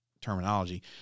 terminology